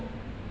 ah